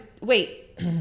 Wait